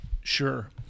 Sure